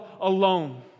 alone